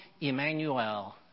Emmanuel